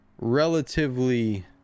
relatively